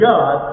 God